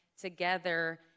together